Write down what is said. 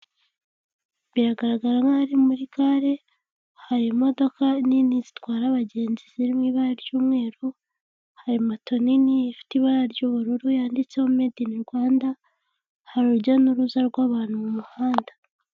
Biragaragara nkaho ari muri gare, hari imodoka nini zitwara abagenz ziri mu ibara ry'umweru, hari moto nini ifite ibara ry'ubururu, yanditseho made in Rwanda, hari urujya n'uruza rw'abantu mu muhanda.